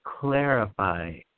clarify